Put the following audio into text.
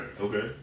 Okay